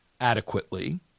adequately